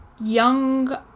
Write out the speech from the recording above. young